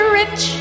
rich